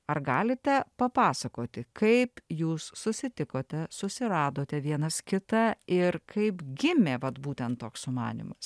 ar galite papasakoti kaip jūs susitikote susiradote vienas kitą ir kaip gimė vat būtent toks sumanymas